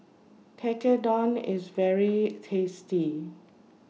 Tekkadon IS very tasty